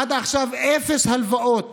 עד עכשיו, אפס הלוואות